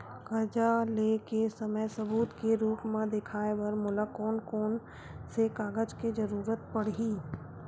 कर्जा ले के समय सबूत के रूप मा देखाय बर मोला कोन कोन से कागज के जरुरत पड़ही?